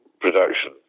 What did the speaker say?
production